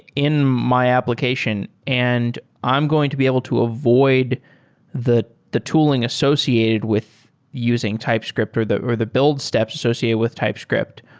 in my application and i'm going to be able to avoid the the tooling associated with using typescript or the or the build steps associated with typescript.